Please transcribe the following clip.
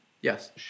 Yes